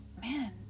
man